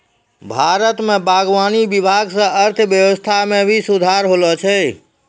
भारत मे बागवानी विभाग से अर्थव्यबस्था मे भी सुधार होलो छै